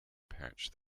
patch